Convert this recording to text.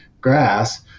grass